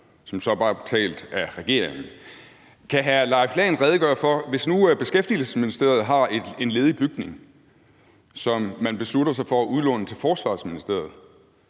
som så bare er betalt af regeringen. Kan hr. Leif Lahn Jensen redegøre for dette: Hvis nu Beskæftigelsesministeriet har en ledig bygning, som man beslutter sig for at udlåne til Forsvarsministeriet,